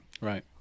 Right